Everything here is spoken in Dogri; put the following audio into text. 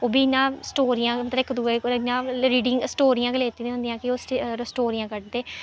ओह् बी इ'यां स्टोरियां मतलब इक दूए पर इ'यां रीडिंग स्टोरियां गै लैत्ती दियां होंदियां कि ओह् स्टोरियां कड्ढदे